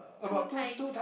two times